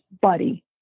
Buddy